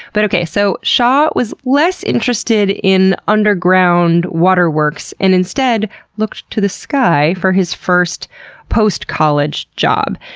but okay, so shah was less interested in underground waterworks and instead looked to the sky for his first post-college job.